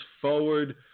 forward